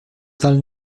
dal